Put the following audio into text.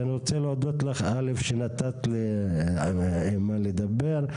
אני רוצה להודות א' שנתת לאימאן לדבר.